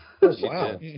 Wow